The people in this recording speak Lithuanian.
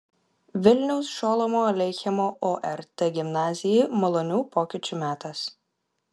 vilniaus šolomo aleichemo ort gimnazijai malonių pokyčių metas